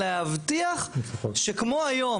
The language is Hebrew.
להבטיח שכמו היום,